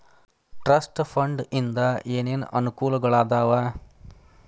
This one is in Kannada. ಟ್ರಸ್ಟ್ ಫಂಡ್ ಇಂದ ಏನೇನ್ ಅನುಕೂಲಗಳಾದವ